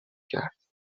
کرد